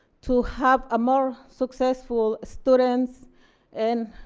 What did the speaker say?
to have ah more successful students and